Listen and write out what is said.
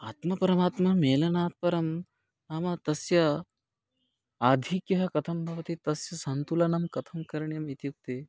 आत्मपरमात्ममेलनात्परं नाम तस्य आधिक्यः कथं भवति तस्य सन्तुलनं कथं करणीयम् इत्युक्ते